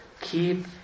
keep